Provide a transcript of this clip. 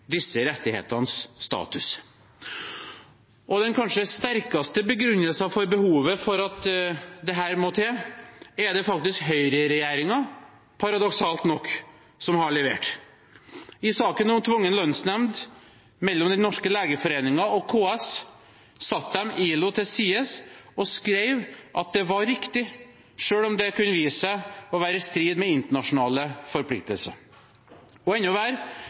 disse rettighetenes status. Den kanskje sterkeste begrunnelsen for behovet for at dette må til, er det faktisk høyreregjeringen, paradoksalt nok, som har levert. I saken om tvungen lønnsnemnd mellom Den norske legeforening og KS satte de ILO til side og skrev at det var riktig, selv om det kunne vise seg å være i strid med internasjonale forpliktelser. Og